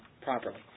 properly